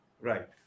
Right